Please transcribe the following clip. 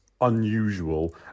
unusual